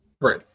right